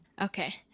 Okay